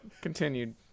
Continued